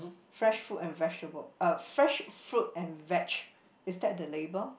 fresh fruit and vegetable uh fresh fruit and veg~ is that the label